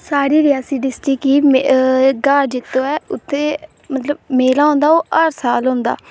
साढ़ी रियासी डिस्टिक ई ग्हार जित्तो ऐ उत्थै मतलब मेला होंदा ओह् हर साल होंदा